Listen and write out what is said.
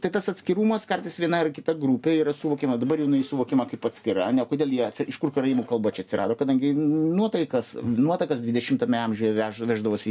tai tas atskirumas kartais viena ar kita grupė yra suvokiama dabar jinai suvokiama kaip atskira ne kodėl jie iš kur karaimų kalba čia atsirado kadangi nuotaikas nuotakas dvidešimtame amžiuje veža veždavosi